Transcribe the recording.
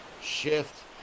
shift